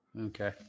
Okay